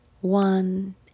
one